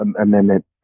Amendment